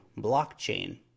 blockchain